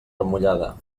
remullada